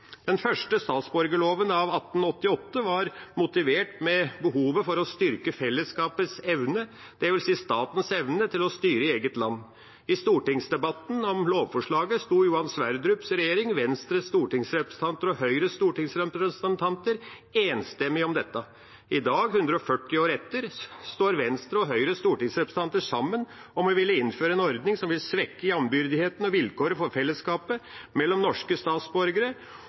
Den første statsborgerloven av 1888 var motivert av behovet for å styrke fellesskapets evne, dvs. statens evne, til å styre eget land. I stortingsdebatten om lovforslaget sto Johan Sverdrups regjering og Venstres og Høyres stortingsrepresentanter enstemmig om dette. I dag, 140 år etter, står Venstres og Høyres stortingsrepresentanter sammen om å ville innføre en ordning som vil svekke jambyrdigheten og vilkåret for fellesskapet mellom norske statsborgere,